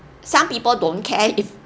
some people don't care if